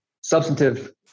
substantive